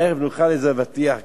בערב נאכל איזה אבטיח קר.